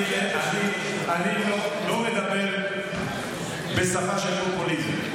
אני לא מדבר בשפה של פופוליזם,